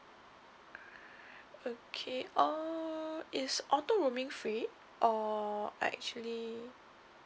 okay uh is auto roaming free or actually